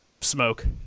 smoke